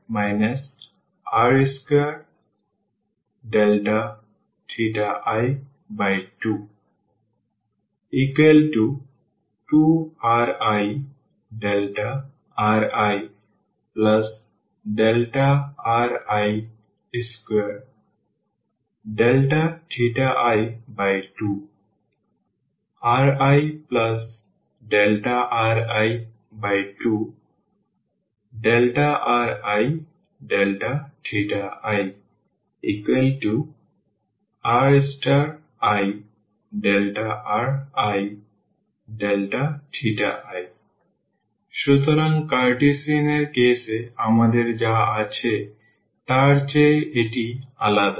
Airiri2i2 ri2i2 2ririΔri2i2 riri2riΔi ririi সুতরাং Cartesian এর case এ আমাদের যা আছে তার চেয়ে এটি আলাদা